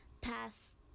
past